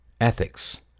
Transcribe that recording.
ethics